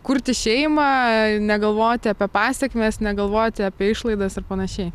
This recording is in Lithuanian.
kurti šeimą negalvoti apie pasekmes negalvoti apie išlaidas ir panašiai